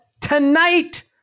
tonight